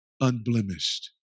unblemished